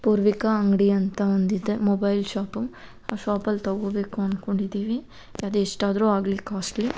ಪೂರ್ವಿಕಾ ಅಂಗಡಿ ಅಂತ ಒಂದಿದೆ ಮೊಬೈಲ್ ಶಾಪು ಆ ಶಾಪಲ್ಲಿ ತೊಗೋಬೇಕು ಅನ್ಕೊಂಡಿದ್ದೀವಿ ಅದೆಷ್ಟಾದ್ರು ಆಗಲಿ ಕಾಸ್ಟ್ಲಿ